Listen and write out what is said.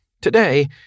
Today